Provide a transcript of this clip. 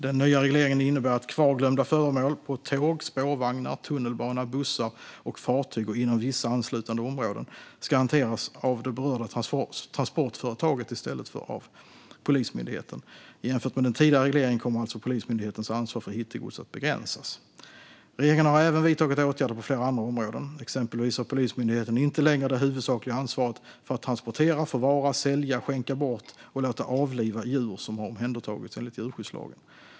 Den nya regleringen innebär att kvarglömda föremål på tåg, spårvagnar, tunnelbana, bussar och fartyg och inom vissa anslutande områden ska hanteras av det berörda transportföretaget i stället för av Polismyndigheten. Jämfört med den tidigare regleringen kommer alltså Polismyndighetens ansvar för hittegods att begränsas. Regeringen har även vidtagit åtgärder på flera andra områden. Exempelvis har Polismyndigheten inte längre det huvudsakliga ansvaret för att transportera, förvara, sälja, skänka bort och låta avliva djur som har omhändertagits enligt djurskyddslagen.